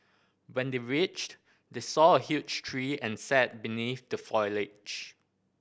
when they reached they saw a huge tree and sat beneath the foliage